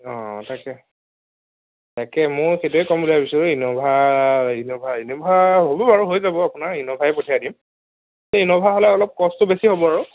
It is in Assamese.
অঁ তাকে তাকে মইও সেইটোৱে কম বুলি ভাবিছিলোঁ ইনোভা ইনোভা ইনোভা হ'ব বাৰু হৈ যাব আপোনাৰ ইনোভাই পঠিয়াই দিম ইনোভা হ'লে অলপ কষ্ট বেছি হ'ব বাৰু